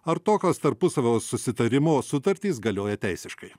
ar tokios tarpusavio susitarimo sutartys galioja teisiškai